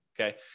okay